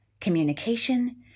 communication